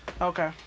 Okay